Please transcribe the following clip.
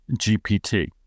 GPT